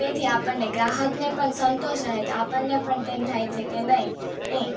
તેથી આપણને ગ્રાહકને પણ સંતોષ રહે તે આપણને પણ તેમ થાય છે કે નહીં એ